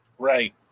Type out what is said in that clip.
right